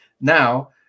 Now